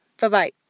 Bye-bye